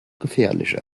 gefährliche